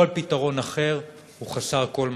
כל פתרון אחר הוא חסר כל משמעות.